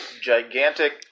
gigantic